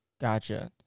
Gotcha